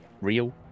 real